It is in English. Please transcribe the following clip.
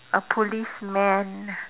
a policeman